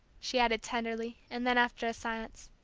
she added tenderly and then, after a silence,